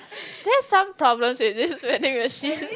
there's some problem with this vending machine